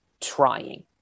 trying